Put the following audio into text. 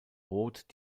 rot